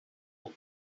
book